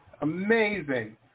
Amazing